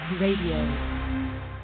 radio